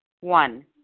One